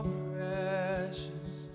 precious